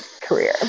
career